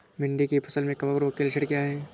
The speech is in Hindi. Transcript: भिंडी की फसल में कवक रोग के लक्षण क्या है?